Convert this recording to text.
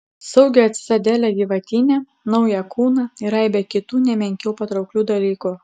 saugią citadelę gyvatyne naują kūną ir aibę kitų ne menkiau patrauklių dalykų